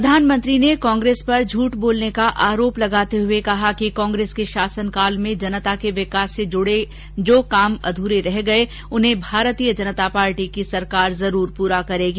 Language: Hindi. प्रधानमंत्री ने कांग्रेस पर झूठ बोलने का आरोप लगाते हुए कहा कि कांग्रेस के शासन काल में जनता के विकास से जुड़े जो काम अध्रे रह गए उन्हें भारतीय जनता पार्टी की सरकार जरूर पूरा करेगी